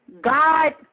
God